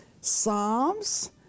Psalms